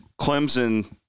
Clemson